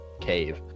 cave